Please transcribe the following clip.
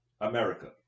America